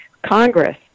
Congress